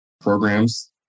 programs